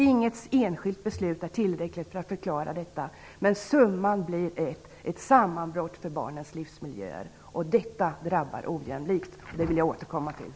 Inget enskilt beslut är tillräckligt för att förklara detta, men summa blir ett sammanbrott för barnens livsmiljöer, och det drabbar ojämlikt - det vill jag återkomma till.